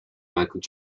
michael